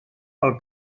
pel